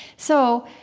so,